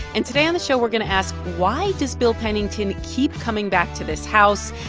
and today on the show, we're going to ask, why does bill pennington keep coming back to this house,